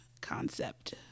concept